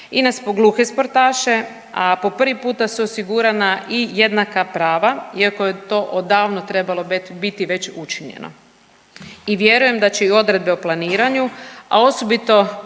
i na gluhe sportaše, a po prvi puta su osigurana i jednaka prava iako je to odavno trebalo biti već učinjeno i vjerujem da će i odredbe o planiranju, a osobito